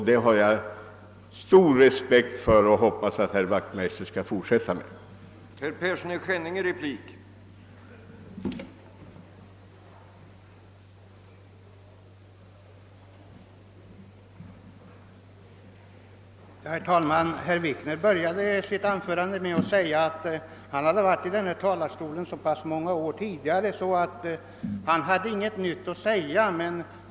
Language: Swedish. Det har jag stor respekt för, och jag hoppas att herr Wachtmeister skall fortsätta med det.